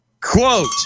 Quote